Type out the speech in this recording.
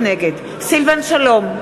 נגד סילבן שלום,